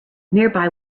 nearby